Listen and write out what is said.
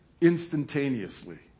instantaneously